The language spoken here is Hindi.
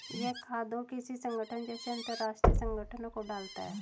यह खाद्य और कृषि संगठन जैसे अंतरराष्ट्रीय संगठनों को डालता है